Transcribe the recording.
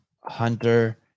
hunter